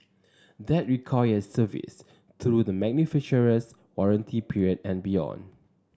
that requires service through the manufacturer's warranty period and beyond